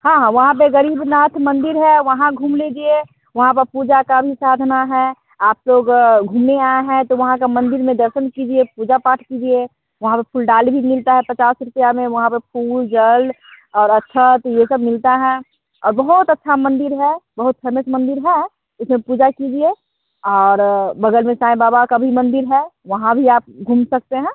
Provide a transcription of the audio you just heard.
हॉं हॉं वहाॅं पर ग़रीबनाथ मंदिर है वहाॅं घूम लीजिए वहाँ पर पूजा की भी साधना है आप लोग घूमने आए हैं तो वहाॅं के मंदिर में दर्शन कीजिए पूजा पाठ कीजिए वहाॅं पर फूल डाल भी मिलता है पचास रूपये में वहाॅं पर फूल जल और अच्छा तो ये सब मिलता है और बहुत अच्छा मंदिर है बहुत समिट मंदिर है इसमें पूजा कीजिए और बगल में साई बाबा का भी मंदिर है वहाॅं भी आप घूम सकते हैं